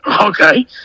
okay